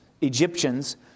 Egyptians